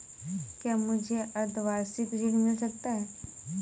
क्या मुझे अर्धवार्षिक ऋण मिल सकता है?